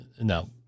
No